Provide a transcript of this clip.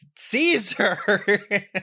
Caesar